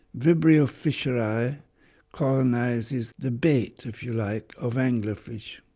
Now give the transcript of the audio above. vibrio fischeri colonises the bait, if you like, of anglerfish.